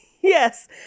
Yes